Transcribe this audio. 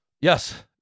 Yes